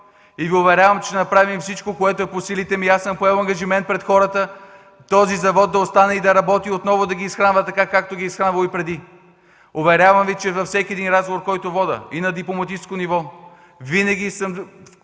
Уверявам Ви, че ще направим всичко, което е по силите ни. Аз съм поел ангажимент пред хората този завод да остане да работи и отново да ги изхранва, както ги е изхранвал и преди. Уверявам Ви, че във всеки разговор, който водя, а и на дипломатическо ниво, винаги съм